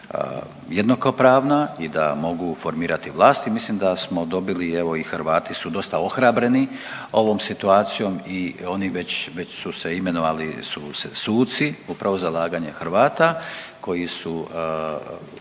jednakopravna i da mogu formirati vlast i mislim da smo dobili evo i Hrvati su dosta ohrabreni ovom situacijom i oni već, već su se imenovali suci upravo zalaganjem Hrvata koji